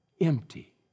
empty